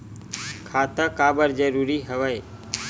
खाता का बर जरूरी हवे?